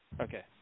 Okay